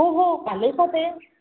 हो हो आले का ते